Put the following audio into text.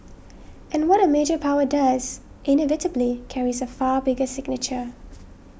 and what a major power does inevitably carries a far bigger signature